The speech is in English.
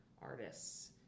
artists